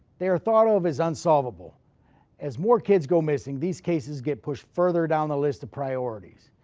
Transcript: they are thought of is unsolvable as more kids go missing, these cases get pushed further down the list of priorities.